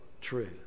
true